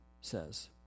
says